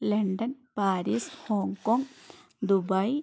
London Paris Hong Kong Dubai